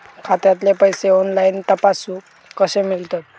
खात्यातले पैसे ऑनलाइन तपासुक कशे मेलतत?